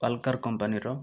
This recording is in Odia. ପାଲ୍କାର୍ କମ୍ପାନୀର